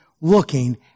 looking